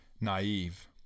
naive